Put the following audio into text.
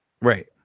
Right